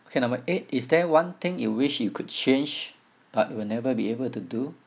okay number eight is there one thing you wish you could change but will never be able to do